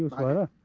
however